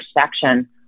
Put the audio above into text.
section